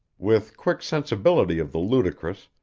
with quick sensibility of the ludicrous,